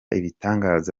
ibitangaza